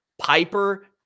Piper